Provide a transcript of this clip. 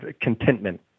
contentment